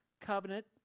covenant